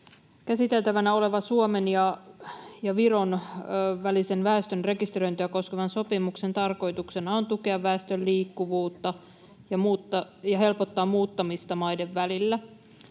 Käsiteltävänä olevan Suomen ja Viron välisen väestön rekisteröintiä koskevan sopimuksen tarkoituksena on tukea väestön liikkuvuutta ja helpottaa muuttamista maiden välillä.